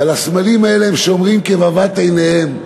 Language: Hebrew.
ועל הסמלים האלה הם שומרים כעל בבת עינם.